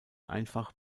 einfach